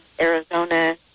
Arizona